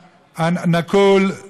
(אומר דברים בשפה הערבית,